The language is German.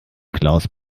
klaus